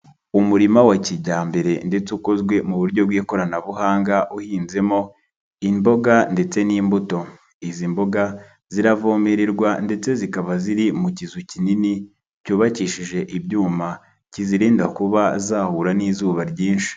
Umurima wa kijyambere ndetse ukozwe mu buryo bw'ikoranabuhanga uhinzemo imboga ndetse n'imbuto, izi mboga ziravomererwa ndetse zikaba ziri mu kizu kinini cyubakishije ibyuma kizirinda kuba zahura n'izuba ryinshi.